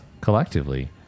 collectively